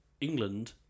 England